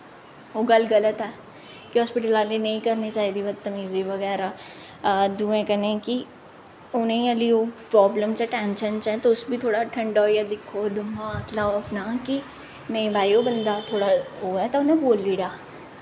ओह् गल्ल गल्त ऐ कि हास्पिटल आह्लें नेईं करनी चाहिदी बत्तबीज़ी बगैरा दूएं कन्नै कि उनेंगी अल्ली ओह् प्राब्लम च ऐ टैंशन च ऐ तुस बी थोह्ड़ा ठंडा होइयै दिक्खो दमाक लाओ अपना कि नेईं भाई ओह् बंदा थोह्ड़ा ओह् ऐ तां उ'नेंगी बोली ओड़ेआ